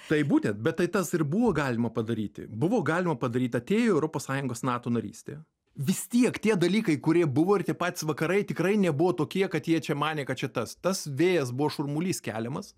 tai būtent bet tai tas ir buvo galima padaryti buvo galima padaryt atėjo europos sąjungos nato narystė vis tiek tie dalykai kurie buvo ir tie patys vakarai tikrai nebuvo tokie kad jie čia manė kad čia tas tas vėjas buvo šurmulys keliamas